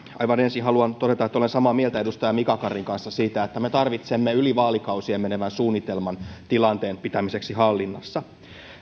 aivan ensin haluan todeta että olen samaa mieltä edustaja mika karin kanssa siitä että me tarvitsemme yli vaalikausien menevän suunnitelman tilanteen pitämiseksi hallinnassa